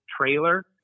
trailer